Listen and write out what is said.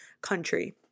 country